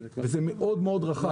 וזה מאוד מאוד רחב.